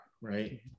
right